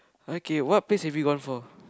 okay what plays have you gone for